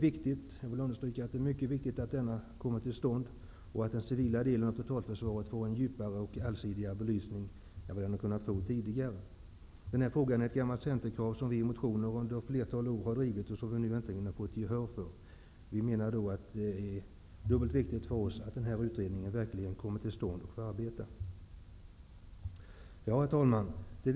Jag vill understryka vikten av att denna kommer till stånd och av att den civila delen av totalförsvaret får en djupare och allsidigare belysning än vad man tidigare har kunnat få. Denna fråga är ett gammalt centerkrav, som vi i motioner under ett flertal år har drivit och som vi nu äntligen har fått gehör för. Det är därför dubbelt så viktigt för oss att den här utredningen tillsätts, så att den kan komma i gång med sitt arbete. Herr talman!